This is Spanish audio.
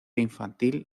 infantil